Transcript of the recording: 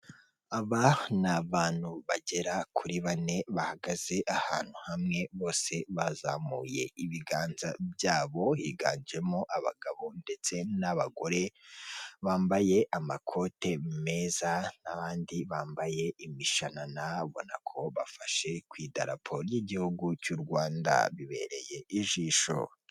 Aba ni abantu bagera kuri bane bahagaze ahantu hamwe bose bazamuye ibiganza byabo, higanjemo abagabo ndetse n'abagore bambaye amakote meza n'abandi bambaye imishanana ubona ko bafashe ku idarapo ry'igihugu cy'u Rwanda, bibereye ijisho.